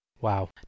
Wow